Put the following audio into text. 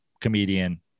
comedian